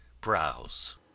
browse